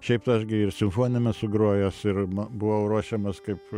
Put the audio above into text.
šiaip aš gi simfoniniam esu grojęs ir buvau ruošiamas kaip